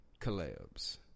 collabs